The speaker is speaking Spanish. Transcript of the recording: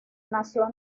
nació